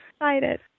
excited